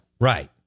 Right